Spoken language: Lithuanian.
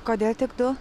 kodėl tik du